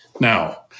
Now